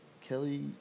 Kelly